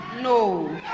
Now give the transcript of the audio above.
No